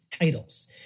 titles